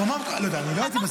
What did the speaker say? אני לא הייתי בשיח.